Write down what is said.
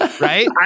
Right